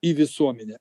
į visuomenę